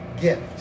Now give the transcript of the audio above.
gift